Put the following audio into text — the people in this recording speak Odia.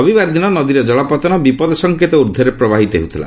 ରବିବାର ଦିନ ନଦୀର ଜଳପତନ ବିପଦ ସଙ୍କେତ ଉର୍ଦ୍ଧ୍ୱରେ ପ୍ରବାହିତ ହେଉଥିଲା